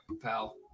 pal